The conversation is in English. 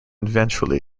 ventrally